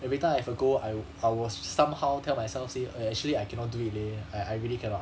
every time I have a goal I w~ I will somehow tell myself say uh actually I cannot do it leh I I really cannot